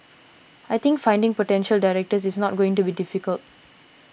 I think finding potential directors is not going to be difficult